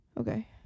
Okay